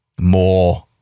more